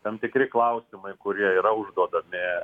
tam tikri klausimai kurie yra užduodami